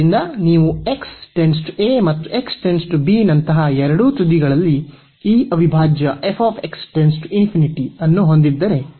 ಆದ್ದರಿಂದ ನೀವು x → a ಮತ್ತು x → b ನಂತಹ ಎರಡೂ ತುದಿಗಳಲ್ಲಿ ಈ ಅವಿಭಾಜ್ಯ ಅನ್ನು ಹೊಂದಿದ್ದರೆ